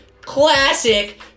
Classic